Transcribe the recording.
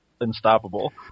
unstoppable